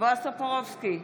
בועז טופורובסקי,